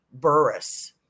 Burris